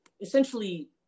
essentially